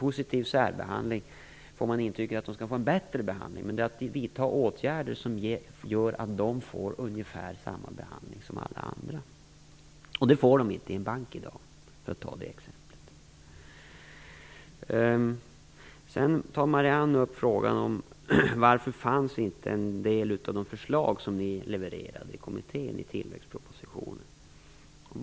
Positiv särbehandling ger intrycket att de skall få en bättre behandling, men det innebär att åtgärder vidtas som gör att de får ungefär samma behandling som alla andra. Det får de inte i en bank i dag, för att ta det exemplet. Marianne Andersson tar upp frågan varför en del av de förslag som kommittén levererade inte finns med i tillväxtpropositionen.